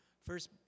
first